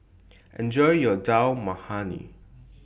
Enjoy your Dal Makhani